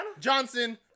Johnson